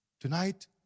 Tonight